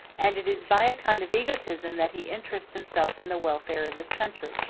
and it is by a kind of egotism that he interests himself in the welfare of his country.